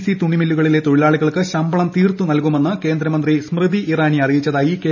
C തുണിമില്ലുകളിലെ തൊഴിലാളികൾക്ക് ശമ്പളം തീർത്തു നൽകുമെന്ന് കേന്ദ്രമന്ത്രി സ്മൃതി ഇറാനി അറിയിച്ചതായി കെ